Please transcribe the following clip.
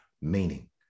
meaning